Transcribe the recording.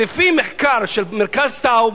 לפי מחקר של מרכז טאוב,